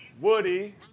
Woody